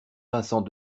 vincent